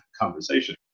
conversation